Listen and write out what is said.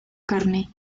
carne